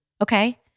okay